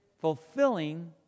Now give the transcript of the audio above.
fulfilling